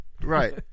Right